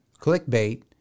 clickbait